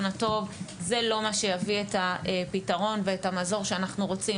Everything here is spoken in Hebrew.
הטוב זה לא מה שיביא את הפתרון ואת המזור שאנחנו רוצים,